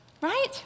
right